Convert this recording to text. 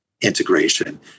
integration